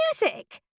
Music